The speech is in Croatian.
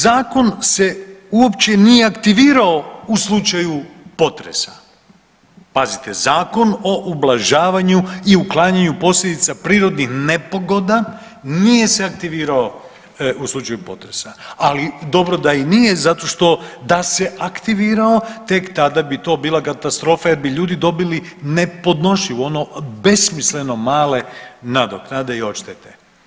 Zakon se uopće nije aktivirao u slučaju potresa, pazite, Zakon o ublažavanju i uklanjanju posljedica prirodnih nepogoda nije se aktivirao u slučaju potresa, ali dobro da i nije zato što da se aktivirao tek tada bi to bila katastrofa jer bi ljudi dobili nepodnošljivo ono besmisleno male nadoknade i odštete.